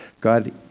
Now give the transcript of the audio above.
God